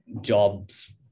jobs